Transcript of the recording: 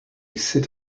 sit